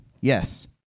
Yes